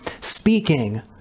speaking